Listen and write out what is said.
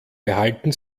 behalten